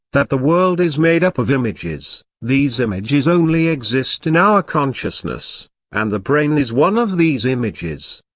that the world is made up of images, these images only exist in our consciousness and the brain is one of these images.